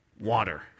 Water